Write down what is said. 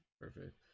perfect